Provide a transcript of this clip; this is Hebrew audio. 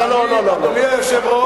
אני יכול לענות על השאלה הזאת?